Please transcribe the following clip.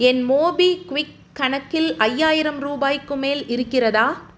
என் MobiKwik கணக்கில் ஐயாயிரம் ரூபாய்க்கு மேல் இருக்கிறதா